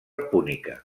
púnica